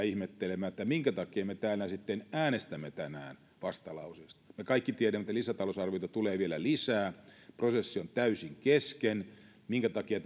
ihmettelemään minkä takia me täällä sitten äänestämme tänään vastalauseesta me kaikki tiedämme että lisätalousarvioita tulee vielä lisää prosessi on täysin kesken minkä takia